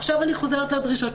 עכשיו אני חוזרת לדרישות.